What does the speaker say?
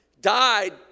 died